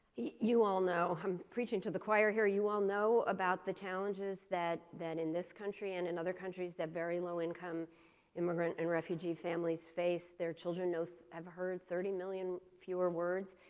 you all know, i'm preaching to the choir here, you all know about the challenges that that in this country and in other countries that very low income immigrant and refugee families face their children so have heard thirty million fewer words.